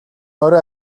орой